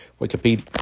Wikipedia